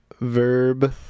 Verb